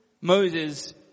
Moses